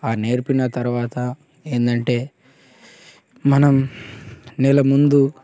ఆ నేర్పిన తర్వాత ఏందంటే మనం నెల ముందు